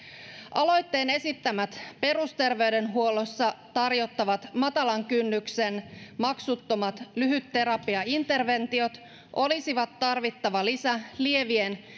aloitteen esittämät perusterveydenhuollossa tarjottavat matalan kynnyksen maksuttomat lyhytterapiainterventiot olisivat tarvittava lisä lievien